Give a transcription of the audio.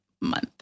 month